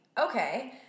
Okay